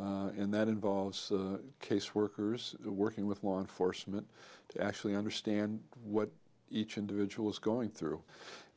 and that involves caseworkers working with law enforcement to actually understand what each individual is going through